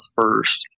first